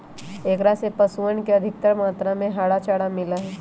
एकरा से पशुअन के अधिकतर मात्रा में हरा चारा मिला हई